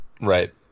Right